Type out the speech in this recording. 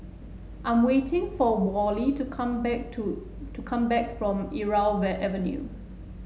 I'm waiting for Wally to come back to to come back from Irau Avenue